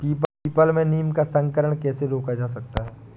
People में नीम का संकरण कैसे रोका जा सकता है?